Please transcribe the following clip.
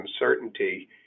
uncertainty